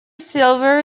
silver